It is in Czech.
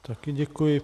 Taky děkuji.